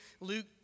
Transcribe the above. Luke